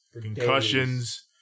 Concussions